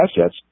assets